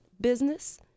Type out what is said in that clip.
business